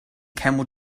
camel